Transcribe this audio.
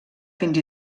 fins